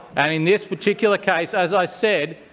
and in this particular case, as i said,